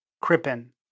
Crippen